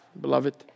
beloved